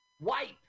Wipe